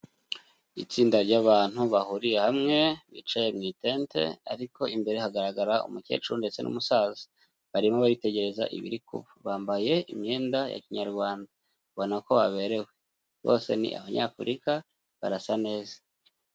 Itsinda ry'abantu bahuriye hamwe bicaye mu tente, ariko imbere hagaragara umukecuru ndetse n'umusaza barimo bitegereza ibiri kuba, bambaye imyenda ya kinyarwanda ubona ko baberewe bose ni abanyafurika barasa neza.